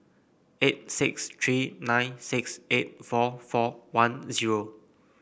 eight six three nine six eight four four one zero